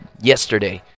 yesterday